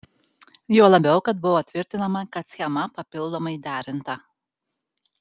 juo labiau kad buvo tvirtinama kad schema papildomai derinta